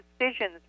decisions